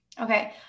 Okay